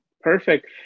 Perfect